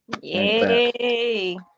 Yay